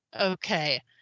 Okay